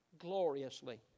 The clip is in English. gloriously